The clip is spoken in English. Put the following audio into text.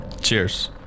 Cheers